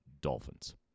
Dolphins